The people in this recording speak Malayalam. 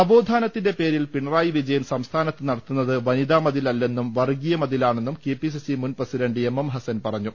നവോത്ഥാനത്തിന്റെ പേരിൽ പിണറായി വിജയൻ സംസ്ഥാനത്ത് നടത്തുന്നത് വനിതാ മതിൽ അല്ലെന്നും വർഗ്ഗീയ മതിലാണെന്നും കെ പി സി സി മുൻ പ്രസിഡണ്ട് എം എം ഹസ്സൻ പറഞ്ഞു